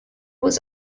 was